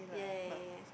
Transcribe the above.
yeah yeah yeah yeah yeah